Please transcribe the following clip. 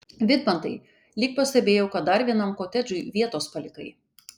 vidmantai lyg pastebėjau kad dar vienam kotedžui vietos palikai